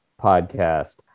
podcast